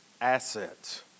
assets